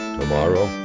Tomorrow